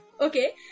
Okay